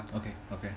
okay okay